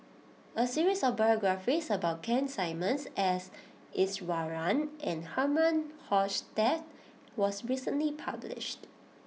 a series of biographies about Keith Simmons S Iswaran and Herman Hochstadt was recently published